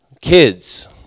kids